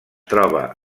troba